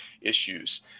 issues